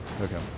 Okay